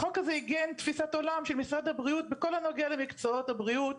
החוק הזה עיגן תפיסת עולם של משרד הבריאות בכל הנוגע למקצועות הבריאות,